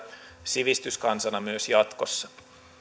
sivistyskansana myös jatkossa